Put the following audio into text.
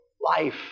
life